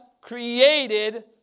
created